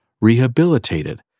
rehabilitated